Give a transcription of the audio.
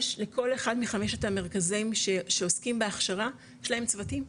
יש לכל אחד מחמשת המרכזים שעוסקים בהכשרה יש להם צוותים,